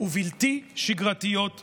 ובלתי שגרתיות לפתרונה.